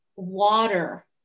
water